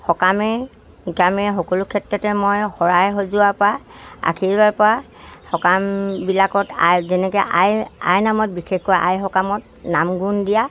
সকামে নিকামে সকলো ক্ষেত্ৰতে মই শৰাই সজোৱা সকামবিলাকত আই যেনেকে আই আই নামত বিশেষকৈ আই সকামত নাম গোন দিয়া